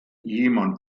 ehemann